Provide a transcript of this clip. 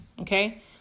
Okay